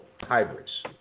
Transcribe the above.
hybrids